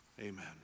Amen